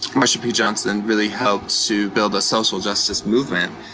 marsha p. johnson, really helped to build a social justice movement,